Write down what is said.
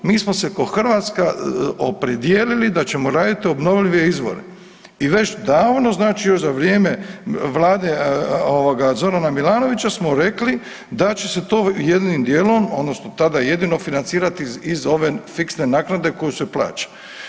Mi smo se ko Hrvatska opredijelili da ćemo radit obnovljive izvore i već davno znači još za vrijeme vlade ovoga Zorana Milanovića smo rekli da će se to jednim dijelom odnosno tada jedino financirati iz ove fiksne naknade koju se plaća.